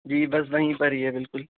جی بس وہیں پر ہی ہے بالکل